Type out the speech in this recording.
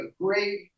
great